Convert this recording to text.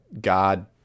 God